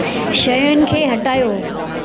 शयुनि खे हटायो